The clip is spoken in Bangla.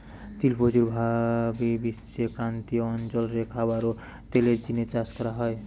তিল প্রচুর ভাবি বিশ্বের ক্রান্তীয় অঞ্চল রে খাবার ও তেলের জিনে চাষ করা হয়